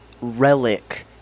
relic